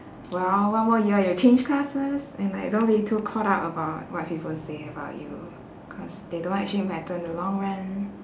well one more year you'll change classes and like don't be too caught up about what people say about you cause they don't actually matter in the long run